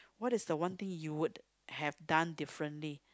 what is the one thing you would have done differently